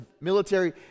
military